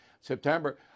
September